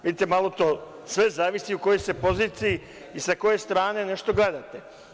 Vidite, sve zavisi u kojoj se poziciji i sa koje strane nešto gledate.